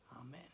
Amen